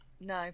no